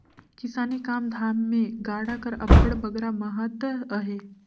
किसानी काम धाम मे गाड़ा कर अब्बड़ बगरा महत अहे